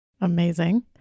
Amazing